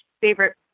favorite